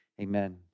amen